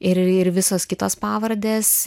ir ir visos kitos pavardės